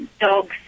dogs